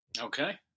Okay